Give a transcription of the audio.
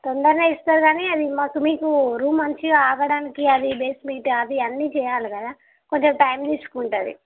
తొందరగా ఇస్తా కానీ అది మాకు మీకు రూమ్ మంచిగా ఆగడానికి అది బేస్మెంట్ అది అన్నీ చెయ్యాలి కదా కొద్దిగా టైం తీసుకుంటుంది